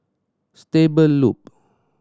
Stable Loop